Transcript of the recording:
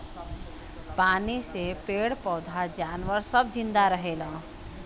पानी से पेड़ पौधा जानवर सब जिन्दा रहेले